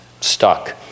stuck